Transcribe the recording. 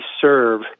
serve